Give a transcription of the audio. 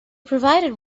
provided